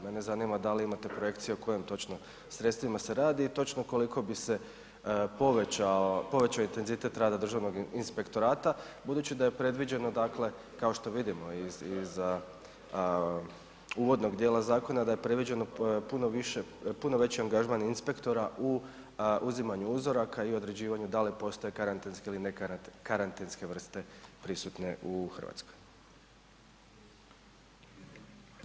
Mene zanima da li imate projekcije o kojim točno sredstvima se radi i točno koliko bi se povećao, povećo intenzitet rada državnog inspektorata budući da je predviđeno dakle kao što vidimo iz, i za uvodnog dijela zakona da je predviđeno puno više, puno veći angažman inspektora u uzimanju uzoraka i određivanju da li postoje karantenske ili ne karantenske vrste prisutne u RH.